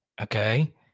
Okay